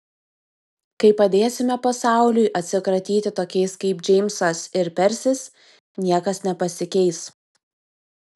kai padėsime pasauliui atsikratyti tokiais kaip džeimsas ir persis niekas nepasikeis